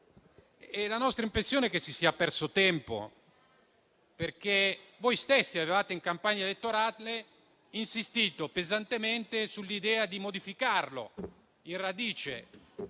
La nostra impressione è che si sia perso tempo, perché voi stessi in campagna elettorale avevate insistito pesantemente sull'idea di modificare in radice